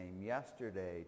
yesterday